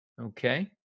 Okay